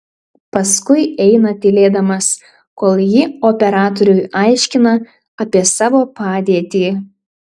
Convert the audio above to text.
paskui eina tylėdamas kol ji operatoriui aiškina apie savo padėtį